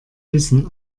wissen